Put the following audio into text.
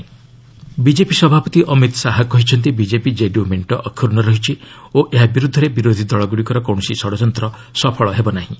Bihar Amit Shah NDA BJP ସଭାପତ ଅମିତ ଶାହା କହିଛନ୍ତି BJP JDU ମେଣ୍ଟ ଅକ୍ଷୁର୍ଶ୍ଣ ରହିଛି ଓ ଏହା ବିରୁଦ୍ଧରେ ବିରୋଧୀ ଦଳଗୁଡ଼ିକର କୌଣସି ଷଡ଼ଯନ୍ତ ସଫଳ ହେବ ନାହିଁ